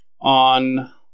on